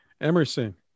emerson